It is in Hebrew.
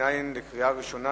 התש"ע 2010,